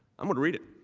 i'm going to read it.